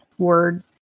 word